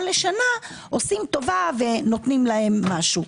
לשנה עושים טובה ונותנים להם משהו.